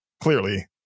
Clearly